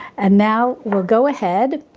and now we'll go ahead,